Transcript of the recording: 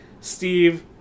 Steve